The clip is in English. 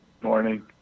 Morning